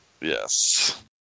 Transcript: Yes